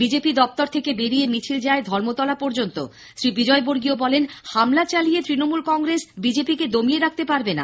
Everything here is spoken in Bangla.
বিজেপি দপ্তর থেকে বেরিয়ে মিছিল যায় ধর্মতলা পর্যন্ত বিজয়বর্গীয় বলেন হামলা চালিয়ে তৃণমূল কংগ্রেস বিজেপিকে দমিয়ে রাখতে পারবে না